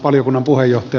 arvoisa puhemies